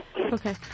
Okay